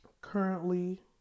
currently